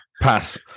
Pass